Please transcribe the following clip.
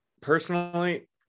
personally